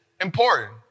important